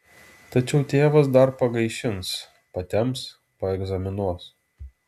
tačiau tėvas dar pagaišins patemps paegzaminuos